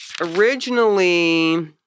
Originally